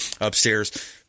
upstairs